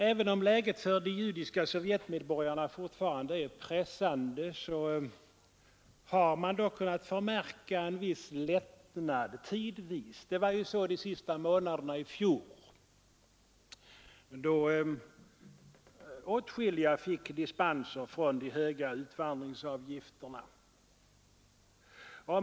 Även om läget för de judiska sovjetmedborgarna fortfarande är pressande, så har man dock kunnat förmärka en viss lättnad tidvis. Så var det de sista månaderna i fjol, då åtskilliga fick dispens från de höga utvandringsavgifterna.